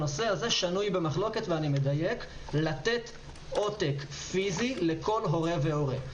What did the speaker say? הנושא הזה שנוי במחלוקת ואני מדייק: לתת עותק פיזי לכל הורה והורה.